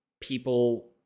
people